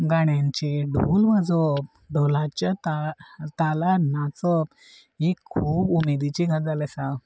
ण्यांचेर ढोल वाजोवप ढोलाच्या ताळ तालार नाचप ही खूब उमेदीची गजाल आसा